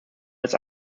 als